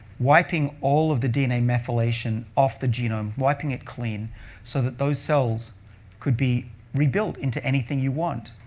wiping all of the dna methylation off the genome, wiping it clean so that those cells could be rebuilt into anything you want.